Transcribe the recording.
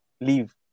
leave